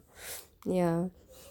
ya